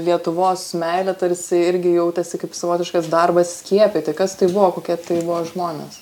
lietuvos meilę tarsi irgi jautėsi kaip savotiškas darbas skiepyti kas tai buvo kokie tai buvo žmonės